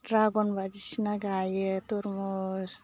dragon बायदिसिना गायो तुरमुस